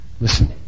Listen